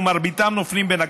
ומרביתם נופלים בין הכיסאות.